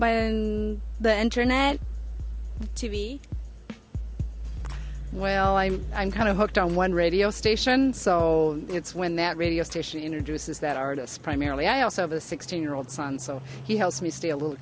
and the internet t v well i'm i'm kind of hooked on one radio station so it's when that radio station introduces that artist primarily i also have a sixteen year old son so he helps me stay a little